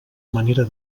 manera